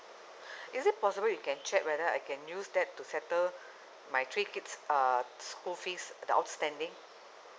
is it possible you can check whether I can use that to settle my three kids uh school fees the outstanding